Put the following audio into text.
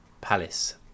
Palace